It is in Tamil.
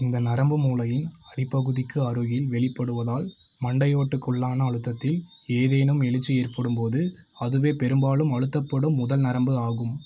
இந்த நரம்பு மூளையின் அடிப்பகுதிக்கு அருகில் வெளிப்படுவதால் மண்டையோட்டுக்குள்ளான அழுத்தத்தில் ஏதேனும் எழுச்சி ஏற்படும் போது அதுவே பெரும்பாலும் அழுத்தப்படும் முதல் நரம்பு ஆகும்